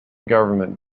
government